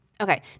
Okay